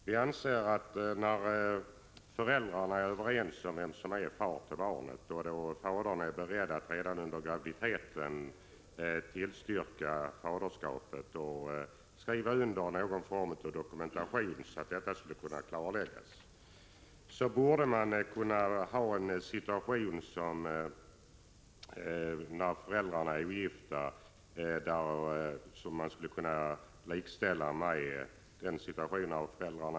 Vi anser att när föräldrarna är överens om vem som är far till barnet och när fadern är beredd att redan under graviditeten erkänna faderskapet och skriva under ett dokument om detta, borde ogifta föräldrar kunna likställas med gifta i detta hänseende.